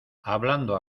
hablando